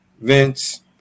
Vince